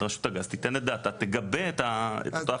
רשות הגז תגבה את אותה החלטה.